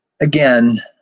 again